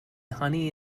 honey